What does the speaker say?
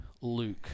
luke